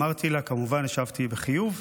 כמובן השבתי בחיוב,